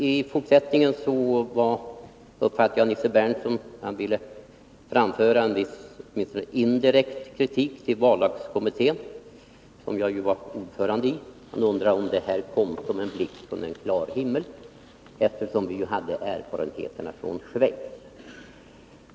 I fortsättningen uppfattade jag Nils Berndtson så att han ville framföra en viss indirekt kritik mot vallagskommittén, som jag ju var ordförande i. Han undrar om den västtyska inställningen kom som en blixt från klar himmel — vi hade ju erfarenheterna från Schweiz.